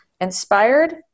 inspired